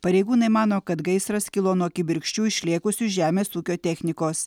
pareigūnai mano kad gaisras kilo nuo kibirkščių išlėkusių iš žemės ūkio technikos